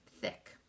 thick